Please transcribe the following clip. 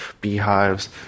beehives